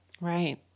Right